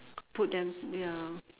put them ya